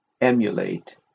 emulate